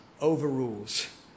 overrules